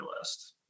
list